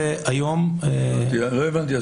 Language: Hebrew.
לא הבנתי.